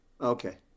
Okay